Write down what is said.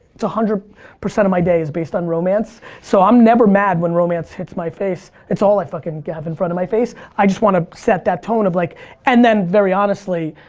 it's one hundred percent of my day is based on romance. so i'm never mad when romance hits my face. it's all i fucking have in front of my face. i just want to set that tone of like and then very honestly,